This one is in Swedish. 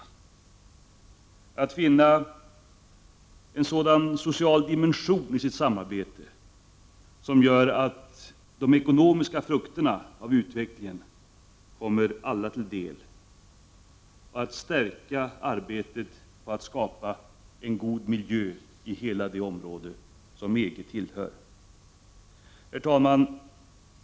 De vill finna en sådan social dimension i sitt samarbete att de ekonomiska frukterna av utvecklingen kommer alla till del. De vill stärka arbetet på att skapa en god miljö i hela det område som EG tillhör. Herr talman!